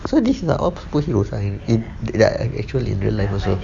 so these are all superheroes that are in are in actual real life also